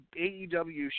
AEW